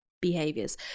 behaviors